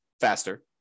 faster